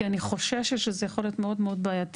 כי אני חוששת שזה יכול להיות מאוד מאוד בעייתי.